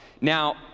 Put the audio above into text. Now